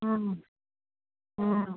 हूँ